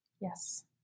Yes